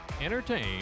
entertain